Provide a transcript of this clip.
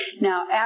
now